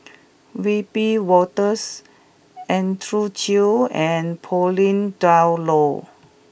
Wiebe Wolters Andrew Chew and Pauline Dawn Loh